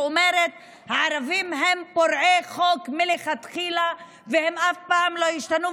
שאומרת שהערבים הם פורעי חוק מלכתחילה והם אף פעם לא ישתנו,